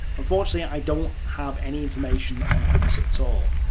unfortunately, i don't have any information on anderson at all.